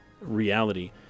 reality